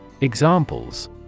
Examples